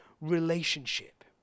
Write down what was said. relationship